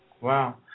Wow